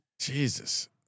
Jesus